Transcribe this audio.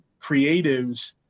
creatives